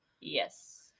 Yes